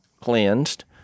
cleansed